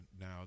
now